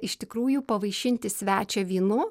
iš tikrųjų pavaišinti svečią vynu